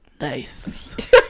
Nice